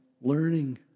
learning